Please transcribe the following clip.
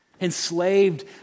enslaved